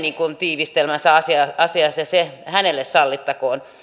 tiivistelmänsä asiasta ja se hänelle sallittakoon